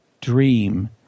dream